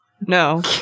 No